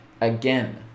again